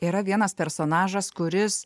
yra vienas personažas kuris